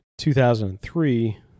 2003